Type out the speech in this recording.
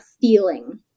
feeling